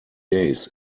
days